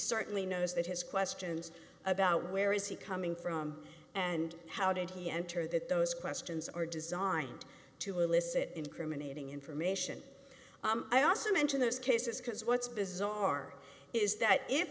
certainly knows that his questions about where is he coming from and how did he enter that those questions are designed to elicit incriminating information i also mention those cases because what's bizarre is that if